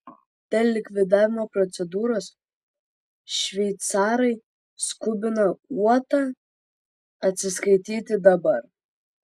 dėl likvidavimo procedūros šveicarai skubina uotą atsiskaityti dabar